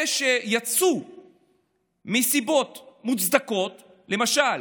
אלה שיצאו מסיבות מוצדקות, למשל